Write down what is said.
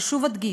ושוב אדגיש: